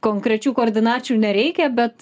konkrečių koordinačių nereikia bet